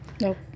Nope